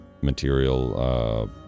material